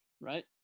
right